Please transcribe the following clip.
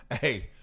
hey